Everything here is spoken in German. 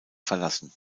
verlassen